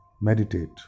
Meditate